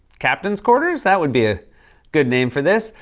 captain's quarters? that would be a good name for this.